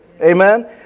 Amen